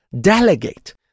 delegate